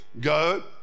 go